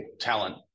talent